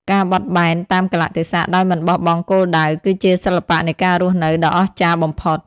ការបត់បែនតាមកាលៈទេសៈដោយមិនបោះបង់គោលដៅ គឺជាសិល្បៈនៃការរស់នៅដ៏អស្ចារ្យបំផុត។